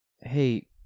Hey